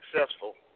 successful